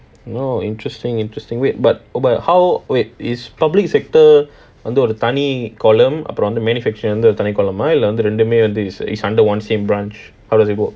!wow! interesting interesting wait but how is public sector under ஒரு தனி:oru thani column manufacture ஒரு தனி:oru thani column ah is under one same branch how does it work